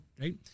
Right